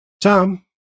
Tom